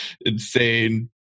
insane